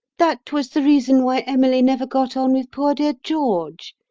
that was the reason why emily never got on with poor dear george.